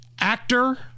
Actor